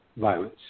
violence